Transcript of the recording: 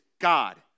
God